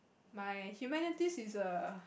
my humanities is err